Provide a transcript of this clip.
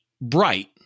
bright